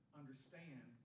understand